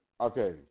Okay